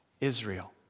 Israel